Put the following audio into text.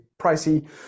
pricey